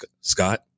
Scott